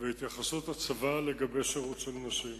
והתייחסות הצבא לשירות של נשים.